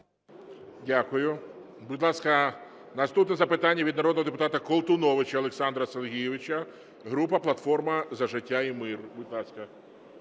Дякую. Будь ласка, наступне запитання від народного депутата Колтуновича Олександра Сергійовича, група "Платформа за життя та мир". Будь ласка.